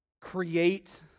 create